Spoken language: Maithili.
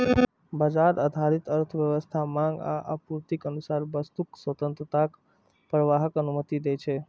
बाजार आधारित अर्थव्यवस्था मांग आ आपूर्तिक अनुसार वस्तुक स्वतंत्र प्रवाहक अनुमति दै छै